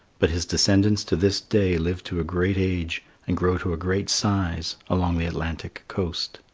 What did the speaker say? but his descendants to this day live to a great age and grow to a great size along the atlantic coast.